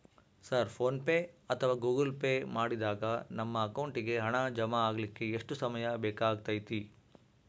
Sir PhonePe ಅಥವಾ Google Pay ಮಾಡಿದಾಗ ನಮ್ಮ ಅಕೌಂಟಿಗೆ ಹಣ ಜಮಾ ಆಗಲಿಕ್ಕೆ ಎಷ್ಟು ಸಮಯ ಬೇಕಾಗತೈತಿ?